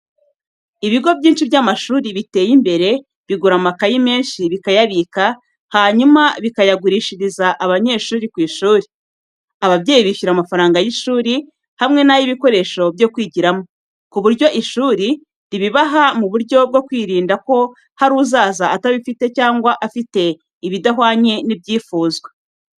Ibigo byinshi by’amashuri biteye imbere bigura amakayi menshi bikayabika, hanyuma bikayagurishiriza abanyeshuri ku ishuri. Ababyeyi bishyura amafaranga y’ishuri hamwe n’ay’ibikoresho byo kwigiramo, ku buryo ishuri ribibaha mu buryo bwo kwirinda ko hari uzaza atabifite cyangwa afite ibidahwanye n’ibyifuzwa.